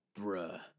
bruh